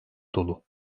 dolu